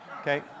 okay